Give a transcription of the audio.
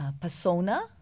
persona